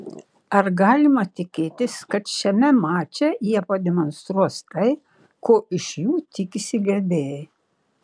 ar galima tikėtis kad šiame mače jie pademonstruos tai ko iš jų tikisi gerbėjai